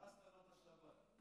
הרסת לו את השבת.